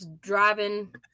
driving